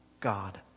God